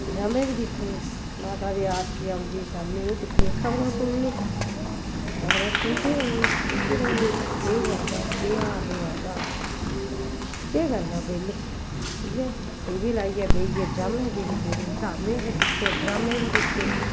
ड्रामें बी दिक्खनी माता दी आरती औंदी शाम्मी ओह् दिक्खनी खबरां सुननी खबरां सुनदी रौह्नी दिखदी रौह्नी केह् होआ दा कोह् हाल होआ दा केह् करना बेह्ले इयै टी वी लाइयै बेही गे ड्रामे दिखदे रेह् धार्मिक वी दिक्खे ड्रामे वी दिक्खे